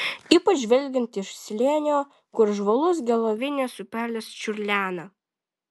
ypač žvelgiant iš slėnio kur žvalus gelovinės upelis čiurlena